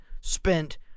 spent